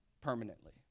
permanently